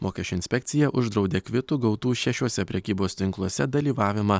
mokesčių inspekcija uždraudė kvitų gautų šešiuose prekybos tinkluose dalyvavimą